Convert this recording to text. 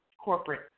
corporate